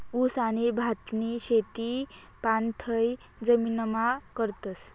ऊस आणि भातनी शेती पाणथय जमीनमा करतस